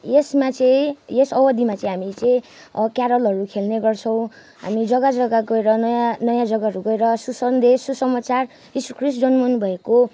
यसमा चाहिँ यस अवधिमा चाहिँ हामी चाहिँ क्यारलहरू खेल्ने गर्छौँ हामी जग्गा जग्गा गएर नयाँ नयाँ जग्गाहरू गएर सुसन्देश सुसमाचार यिसु ख्रिस्ट जन्मिनु भएको